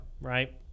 right